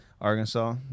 Arkansas